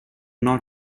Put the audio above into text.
not